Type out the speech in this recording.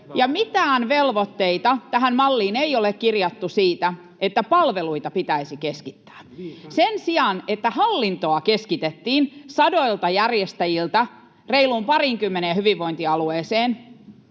mitään velvoitteita tähän malliin ei ole kirjattu siitä, että palveluita pitäisi keskittää. Sen sijaan hallintoa keskitettiin sadoilta järjestäjiltä reiluun pariinkymmeneen hyvinvointialueeseen,